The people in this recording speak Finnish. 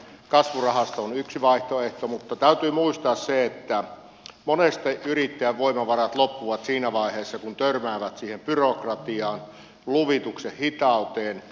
kasvurahasto on yksi vaihtoehto mutta täytyy muistaa se että monesti yrittäjän voimavarat loppuvat siinä vaiheessa kun törmäävät siihen byrokratiaan luvituksen hitauteen